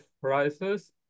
prices